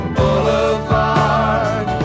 Boulevard